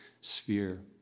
sphere